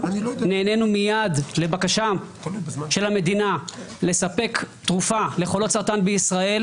נענינו מייד לבקשה של המדינה לספק תרופה לחולות סרטן בישראל